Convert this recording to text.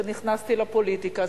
כשנכנסתי לפוליטיקה.